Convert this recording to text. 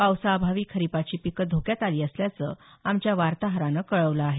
पावसाअभावी खरीपाची पिकं धोक्यात आली असल्याचं आमच्या वार्ताहरानं कळवलं आहे